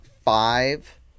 five